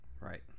Right